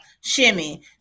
Shimmy